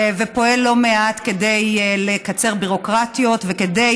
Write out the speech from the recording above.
ופועל לא מעט כדי לקצר ביורוקרטיות וכדי